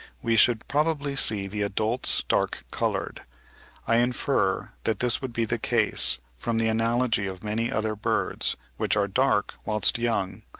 we should probably see the adults dark-coloured. i infer that this would be the case, from the analogy of many other birds, which are dark whilst young,